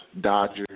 Dodgers